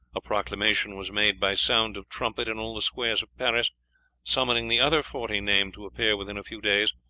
a proclamation was made by sound of trumpet in all the squares of paris summoning the other forty named to appear within a few days,